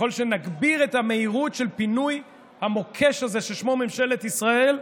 ככל שנגביר את המהירות של פינוי המוקש הזה ששמו ממשלת ישראל,